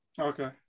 Okay